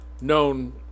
known